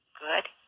Good